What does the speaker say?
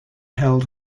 held